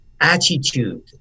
attitude